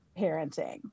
parenting